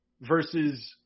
versus